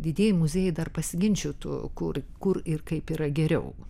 didieji muziejai dar pasiginčytų kur kur ir kaip yra geriau